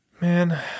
man